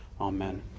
Amen